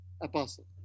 apostle